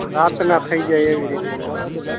રાતના થઈ જાય એવી રીતના બરાબર